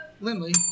Lindley